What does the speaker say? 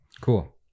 Cool